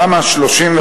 תמ"א 35